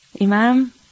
Imam